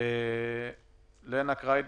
לנה קריינדלין,